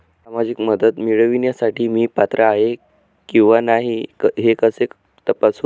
सामाजिक मदत मिळविण्यासाठी मी पात्र आहे किंवा नाही हे कसे तपासू?